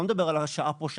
אני לא מדבר על שעה פה,